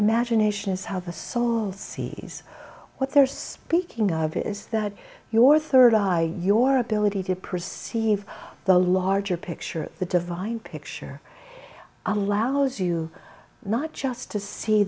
imagination is how the song sees what there's beaking of is that your third eye your ability to perceive the larger picture the divine picture allows you not just to see